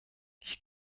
ich